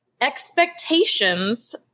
Expectations